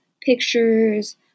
pictures